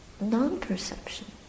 non-perception